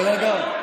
תירגע.